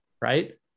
right